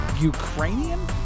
ukrainian